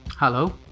Hello